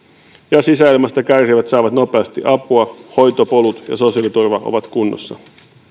ja sisäilmasta kärsivät saavat nopeasti apua kun hoitopolut ja sosiaaliturva ovat kunnossa